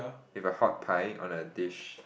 with a hot pie on a dish